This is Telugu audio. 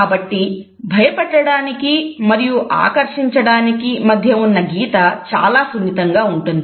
కాబట్టి భయపెట్టడానికి మరియు ఆకర్షించడానికి మధ్య ఉన్న గీత చాలా సున్నితంగా ఉంటుంది